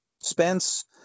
Spence